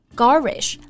garish